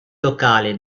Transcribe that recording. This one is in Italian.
locale